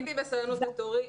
חיכיתי בסבלנות לתורי.